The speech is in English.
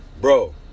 Bro